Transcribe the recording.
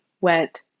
went